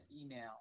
email